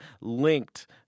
linked